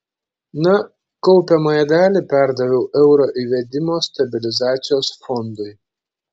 na kaupiamąją dalį perdaviau euro įvedimo stabilizacijos fondui